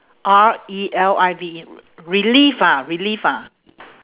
R E L I V E relive ah relive ah